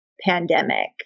pandemic